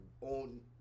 on